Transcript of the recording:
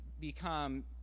become